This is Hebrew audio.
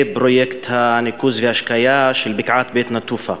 פרויקט הניקוז וההשקיה של בקעת בית-נטופה,